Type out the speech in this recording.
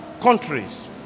countries